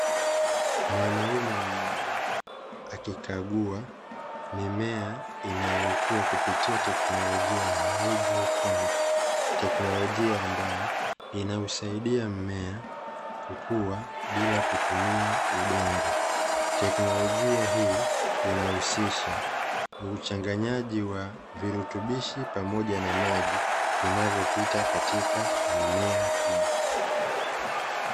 Mwanaume mmoja akikagua mimea inayokua kwa kupitia tekinolojia ya haidroponiki, tekinolojia ambayo inausaidia mmea kukua bila kutumia udongo. Tekinolojia hii inahusisha uchanganyaji wa virutubishi pamoja na maji vinavyopita katika mimea hiyo.